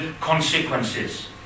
consequences